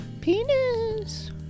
Penis